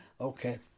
Okay